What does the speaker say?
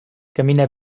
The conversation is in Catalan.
camina